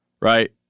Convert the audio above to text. right